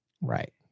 Right